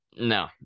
No